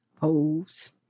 hose